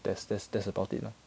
that's thats that's about it lah